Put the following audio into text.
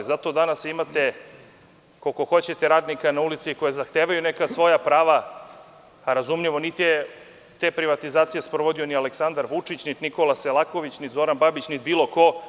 Zato danas imate koliko hoćete radnika na ulici koji zahtevaju neka svoja prava, a razumljivo niti je te privatizacije sprovodio Aleksandar Vučić, niti Nikola Selaković, ni Zoran Babić, ni bilo ko.